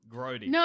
Grody